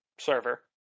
Server